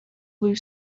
blue